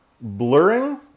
blurring